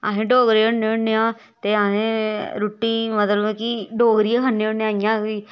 असें डोगरे होन्ने होन्ने आं ते असें रुट्टी मतलब कि डोगरी गै खन्ने होन्ने आं इ'यां बी